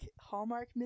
Hallmark